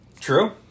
True